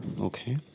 Okay